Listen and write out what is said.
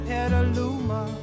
Petaluma